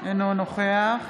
אינו נוכח